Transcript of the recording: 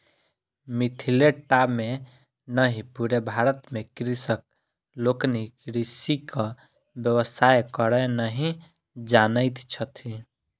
मिथिले टा मे नहि पूरे भारत मे कृषक लोकनि कृषिक व्यवसाय करय नहि जानैत छथि